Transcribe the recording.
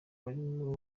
barimo